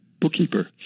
Bookkeeper